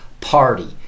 party